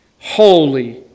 holy